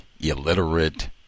Illiterate